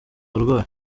barwayi